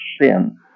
sin